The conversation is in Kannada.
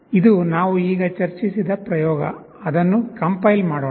ಇದು ನಾವು ಈಗ ಚರ್ಚಿಸಿದ ಪ್ರಯೋಗ ಅದನ್ನು ಕಂಪೈಲ್ ಮಾಡೋಣ